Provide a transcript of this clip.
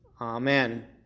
Amen